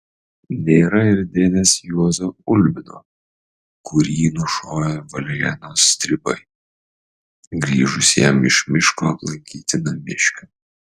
nėra ir dėdės juozo ulbino kurį nušovė varėnos stribai grįžus jam iš miško aplankyti namiškių